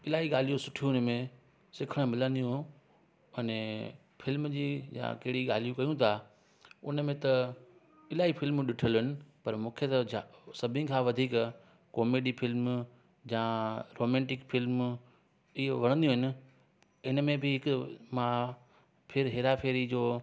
इलाही ॻाल्हियूं सुठियूं हुनमें सिखण मिलंदियूं हूं अने फिल्म जी या कहिड़ी ॻाल्हियूं कयूं था त उनमें इलाही फिल्मूं ॾिठल आहिनि पर मूंखे त जा सभिनीनि खां वधीक कॉमेडी फिल्म जा रोमेंटिक फिल्म इहो वणंदियूं आहिनि इनमें बि हिकु मां फिर हेरा फेरी जो